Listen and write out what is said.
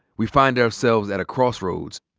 we find ourselves at a crossroads.